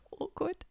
Awkward